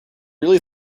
really